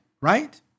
Right